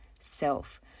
self